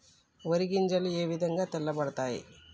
వరి గింజలు ఏ విధంగా తెల్ల పడతాయి?